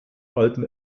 alten